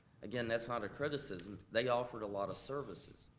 again, that's not a criticism, they offered a lot of services.